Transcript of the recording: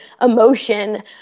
emotion